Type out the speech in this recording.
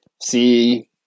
see